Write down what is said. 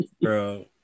Bro